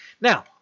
Now